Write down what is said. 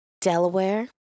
Delaware